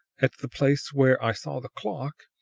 at the place where i saw the clock,